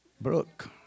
Brooke